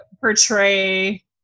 portray